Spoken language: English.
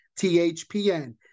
THPN